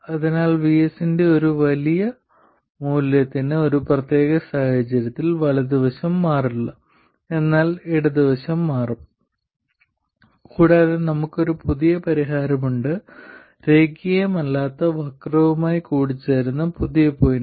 അതിനാൽ VS ന്റെ ഒരു വലിയ മൂല്യത്തിന് ഈ പ്രത്യേക സാഹചര്യത്തിൽ വലത് വശം മാറില്ല എന്നാൽ ഇടത് വശം മാറും കൂടാതെ നമുക്ക് ഒരു പുതിയ പരിഹാരമുണ്ട് രേഖീയമല്ലാത്ത വക്രവുമായി കൂടിച്ചേരുന്ന പുതിയ പോയിന്റ്